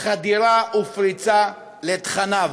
חדירה ופריצה לתכניו.